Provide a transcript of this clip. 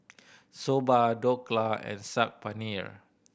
Soba Dhokla and Saag Paneer